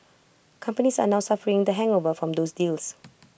companies are now suffering the hangover from those deals